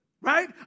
right